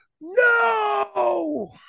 No